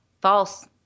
False